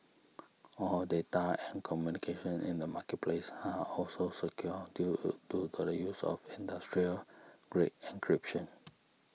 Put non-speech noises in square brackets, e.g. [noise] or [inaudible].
[noise] all data and communication in the marketplace are also secure due [hesitation] to the use of industrial grade encryption